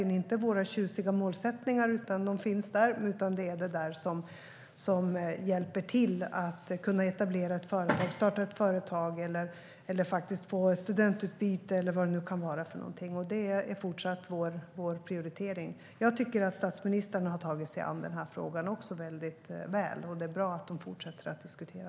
Det är inte våra tjusiga målsättningar, även om de finns där, utan det är det där som hjälper till när det gäller att starta ett företag, få ett studentutbyte eller vad det nu kan vara. Det är även i fortsättningen vår prioritering. Jag tycker att statsministrarna har tagit sig an frågan väldigt väl, och det är bra att de fortsätter diskutera.